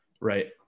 right